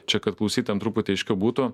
čia kad klausytojam truputį aiškiau būtų